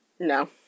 No